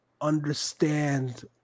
understand